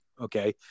Okay